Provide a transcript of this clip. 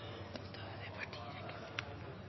takk